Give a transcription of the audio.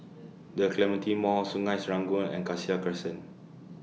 The Clementi Mall Sungei Serangoon and Cassia Crescent